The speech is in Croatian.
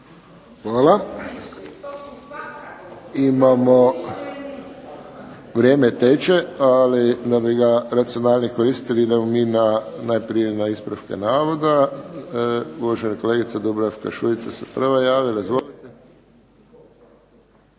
Hvala. Vrijeme teče, ali da bi ga racionalnije koristili idemo mi najprije na ispravke navoda. Uvažena kolegica Dubravka Šuica se prva javila. Izvolite.